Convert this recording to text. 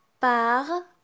par